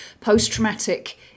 post-traumatic